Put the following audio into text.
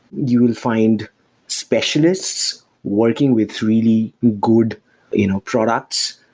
you will find specialists working with really good you know products.